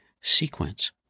sequence